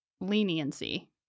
leniency